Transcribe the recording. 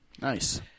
Nice